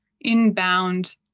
inbound